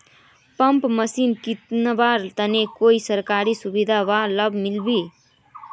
Pump machine किनवार तने कोई सरकारी सुविधा बा लव मिल्बी?